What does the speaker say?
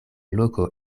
loko